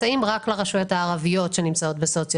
מסייעים רק לרשויות הערביות שנמצאות בסוציו